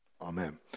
Amen